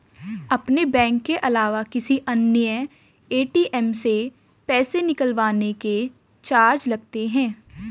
अपने बैंक के अलावा किसी अन्य ए.टी.एम से पैसे निकलवाने के चार्ज लगते हैं